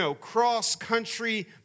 cross-country